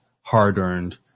hard-earned